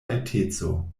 alteco